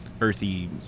earthy